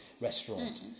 restaurant